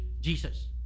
Jesus